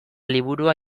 liburua